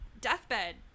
deathbed